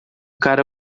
cara